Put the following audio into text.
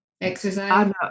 Exercise